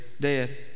dead